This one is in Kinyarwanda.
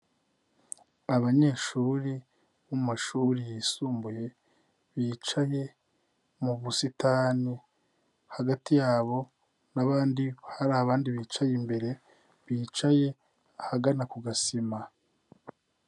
Abanyeshuri bo mu mashuri yisumbuye, bicaye mu busitani, hagati yabo n'abandi, hari abandi bicaye imbere, bicaye ahagana ku gasima.